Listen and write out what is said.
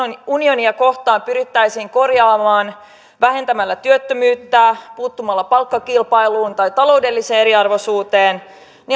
unionia kohtaan pyrittäisiin korjaamaan vähentämällä työttömyyttä puuttumalla palkkakilpailuun tai taloudelliseen eriarvoisuuteen